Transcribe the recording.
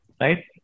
Right